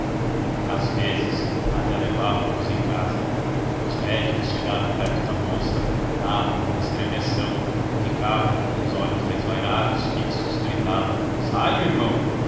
às vezes até levava-os em casa os médiuns chegavam perto da moça davam um estremeção ficam com uns olhos desvairados fixos gritavam sai irmão